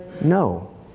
no